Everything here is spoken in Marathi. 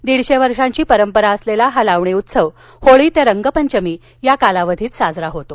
दीडशे वर्षाची परंपरा असलेला हा लावणी उत्सव होळी ते रंगपंचमी या कालावधीत साजरा होतो